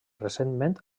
recentment